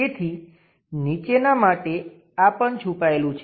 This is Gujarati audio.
તેથી નીચેના માટે આ પણ છુપાયેલું છે